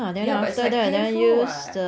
yeah but it's like painful [what]